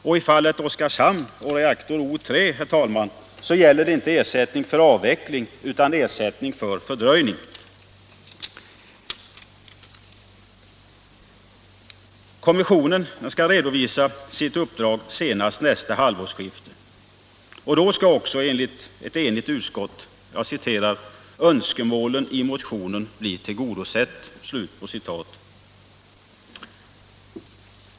Och i fallet Oskarshamn och reaktor O 3, herr talman, gäller det inte ersättning för avveckling utan ersättning för fördröjning. Kommissionen skall redovisa sitt uppdrag senast nästa halvårsskifte och då skall också, enligt ett enigt utskott, önskemålet i motionen bli tillgodosett.